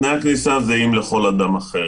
תנאי הכניסה זהים לכל אדם אחר.